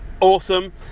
awesome